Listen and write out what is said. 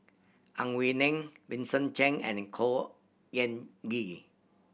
Ang Wei Neng Vincent Cheng and Khor Ean Ghee